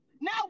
Now